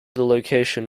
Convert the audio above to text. location